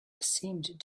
seemed